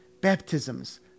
baptisms